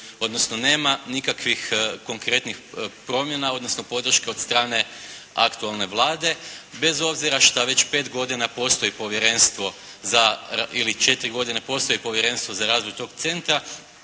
odnosno nema nikakvih konkretnih promjena, odnosno podrške od strane aktualne Vlade, bez obzira što već pet godina postoji povjerenstvo ili četiri godine postoji povjerenstvo za razvoj tog centra,